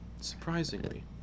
Surprisingly